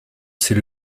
c’est